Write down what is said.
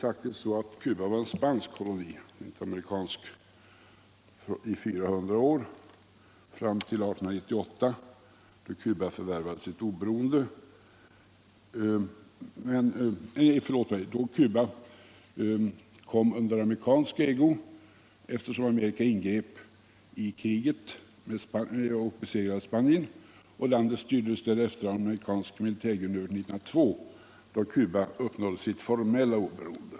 Cuba var en spansk koloni —- inte en amerikansk — i 400 år fram till 1898, då Cuba kom under USA, eftersom USA ingrep och besegrade Spanien. Landet styrdes därefter av en amerikansk militärguvernör fram till 1902, då Cuba uppnådde sitt formella oberoende.